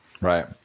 Right